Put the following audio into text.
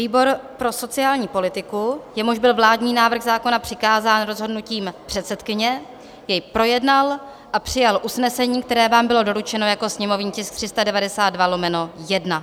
Výbor pro sociální politiku, jemuž byl vládní návrh zákona přikázán rozhodnutím předsedkyně, jej projednal a přijal usnesení, které vám bylo doručeno jako sněmovní tisk 392/1.